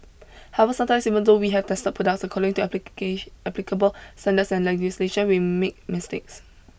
however sometimes even though we have tested products according to applicable standards and legislation we make mistakes